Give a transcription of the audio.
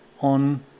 on